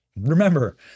Remember